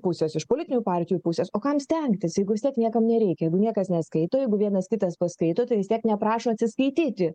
pusės iš politinių partijų pusės o kam stengtis jeigu vis tiek niekam nereikia jiegu niekas neskaito jeigu vienas kitas paskaito tai vis tiek neprašo atsiskaityti